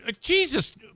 Jesus